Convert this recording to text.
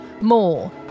more